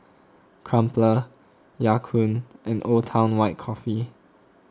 Crumpler Ya Kun and Old Town White Coffee